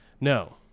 no